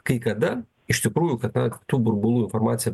kai kada iš tikrųjų kad na tų burbulų informacija